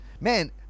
man